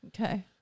Okay